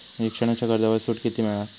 शिक्षणाच्या कर्जावर सूट किती मिळात?